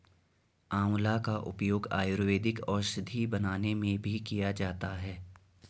आंवला का उपयोग आयुर्वेदिक औषधि बनाने में भी किया जाता है